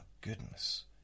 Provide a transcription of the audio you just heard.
goodness